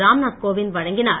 ராம்நாத் கோவிந்த் வழங்கினார்